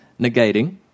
negating